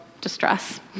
distress